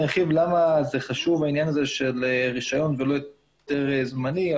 אני ארחיב למה זה חשוב העניין הזה של רישיון ולא היתר זמני.